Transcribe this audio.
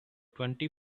twenty